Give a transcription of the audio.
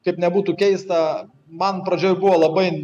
kaip nebūtų keista man pradžioj buvo labai